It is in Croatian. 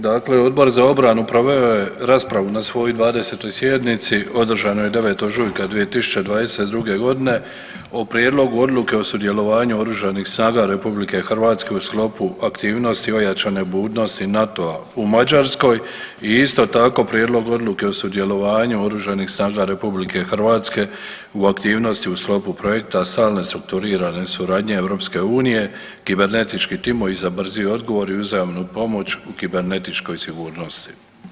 Dakle, Odbor za obranu proveo je raspravu na svojoj 20. sjednici održanoj 9. ožujka 2022. g. o Prijedlogu Odluke o sudjelovanju Oružanih snaga Republike Hrvatske u sklopu aktivnosti ojačane budnosti NATO-a u Mađarskoj i isto tako, Prijedlogu Odluke o sudjelovanju Oružanih snaga Republike Hrvatske u aktivnosti u sklopu projekta Stalne strukturirane suradnje EU, kibernetički timovi za brzi odgovor i uzajamnu pomoć u kibernetičkoj sigurnosti.